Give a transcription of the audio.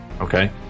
Okay